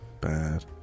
Bad